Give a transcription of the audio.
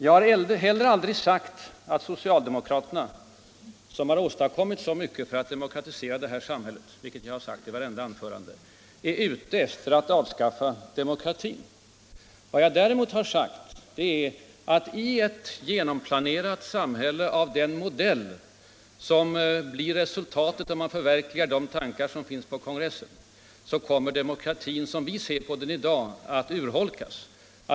Jag har heller aldrig sagt att socialdemokraterna, som har gjort så mycket för att demokratisera vårt samhälle — det har jag framhållit i många anföranden -— är ute efter att avskaffa demokratin. Vad jag däremot har sagt är, att i ett genomplanerat samhälle av den modell som blir resultatet om man förverkligar de tankar som framfördes på kongressen, så kommer demokratin som vi ser den i dag att urholkas.